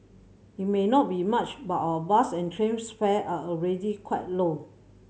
it may not be much but our bus and trains fare are already quite low